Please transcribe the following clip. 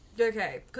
Okay